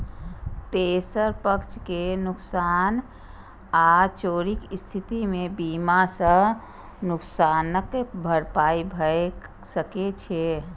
तेसर पक्ष के नुकसान आ चोरीक स्थिति मे बीमा सं नुकसानक भरपाई भए सकै छै